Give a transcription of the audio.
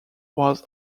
was